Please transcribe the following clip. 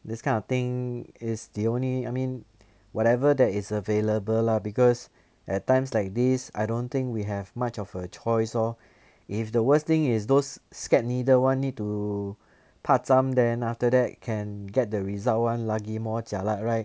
this kind of thing is the only I mean whatever that is available lah because at times like this I don't think we have much of a choice lor if the worst thing is those scared needle [one] need to pa zam then after that can get the result one lagi more jialat right